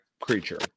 creature